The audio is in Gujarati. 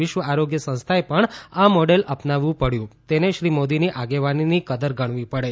વિશ્વ આરોગ્ય સંસ્થાએ પણ આ મોડેલ અપનાવવું પડ્યું તેને શ્રી મોદીની આગેવાનીની કદર ગણવી પડે